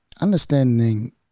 understanding